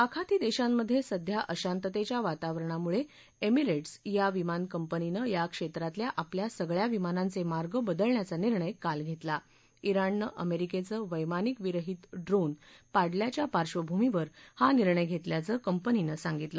आखती देशांमधे सध्या अशांततेच्या वातावरणामुळे एमिरेट्स या विमान कंपनीने या क्षेत्रातल्या आपल्या सगळ्या विमानांचे मार्ग बदलण्याचा निर्णय काल घेतला ज्ञाण ने अमेरिकेचं वैमानिक विरहित ड्रोन पाडल्याचा पार्बंभूमीवर हा निर्णय घेतल्याचं कंपनीनं सांगितलं